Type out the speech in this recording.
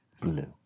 Blue